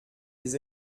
les